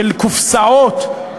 של קופסאות,